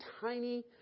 tiny